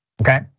Okay